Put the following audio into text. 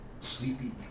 Sleepy